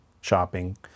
shopping